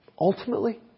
ultimately